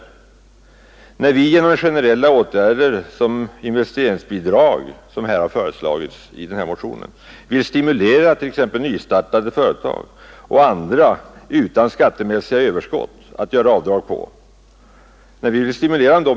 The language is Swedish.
Vi har i nämnda motion föreslagit generella åtgärder, t.ex. investeringsbidrag, för att stimulera nystartade företag och andra utan skattemässiga överskott att göra avdrag på.